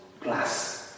plus